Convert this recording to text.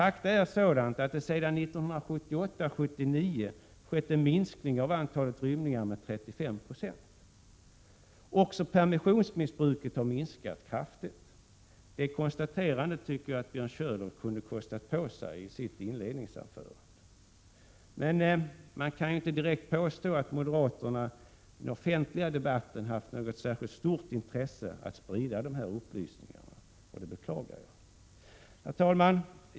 Faktum är att det sedan 1978-79 har skett en minskning av antalet rymningar med 35 20. Också permissionsmissbruket har minskat kraftigt. Detta konstaterande tycker jag att Björn Körlof kunde ha kostat på sig i sitt inledningsanförande. Man kan inte direkt påstå att moderaterna i den offentliga debatten har haft något särskilt stort intresse av att sprida dessa upplysningar, och det beklagar jag. Herr talman!